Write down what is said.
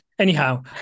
Anyhow